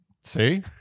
See